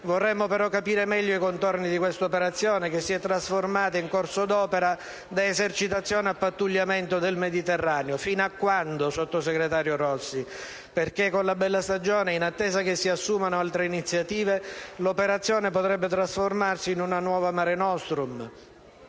Vorremmo, però, capire meglio i contorni di questa operazione, che si è trasformata in corso d'opera da esercitazione a pattugliamento del Mediterraneo centrale. Fino a quando, sottosegretario Rossi? Con la bella stagione e in attesa che si assumano altre iniziative, l'operazione potrebbe trasformarsi in una nuova Mare nostrum,